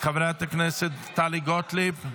חברת הכנסת טלי גוטליב.